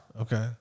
Okay